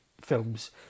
films